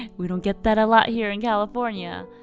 we don't get that a lot here in california.